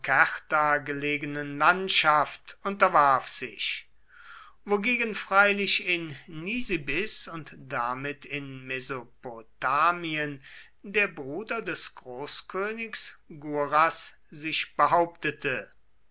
gelegenen landschaft unterwarf sich wogegen freilich in nisibis und damit in mesopotamien der bruder des großkönigs guras sich behauptete